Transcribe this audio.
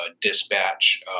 dispatch